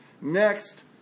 Next